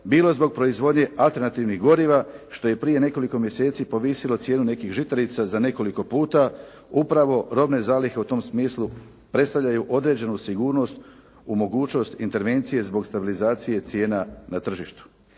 bilo zbog proizvodnje alternativnih goriva što je i prije nekoliko mjeseci povisilo cijenu nekih žitarica za nekoliko puta, upravo robne zalihe u tom smislu predstavljaju određenu sigurnost u mogućnosti intervencije zbog stabilizacije cijena na tržištu.